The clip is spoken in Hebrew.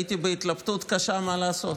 הייתי בהתלבטות קשה מה לעשות.